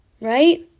Right